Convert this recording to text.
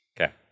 Okay